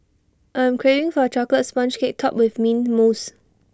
I am craving for A Chocolate Sponge Cake Topped with Mint Mousse